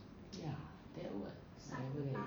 ya that word somewhere